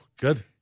Good